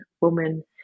woman